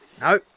No